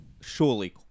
surely